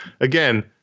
again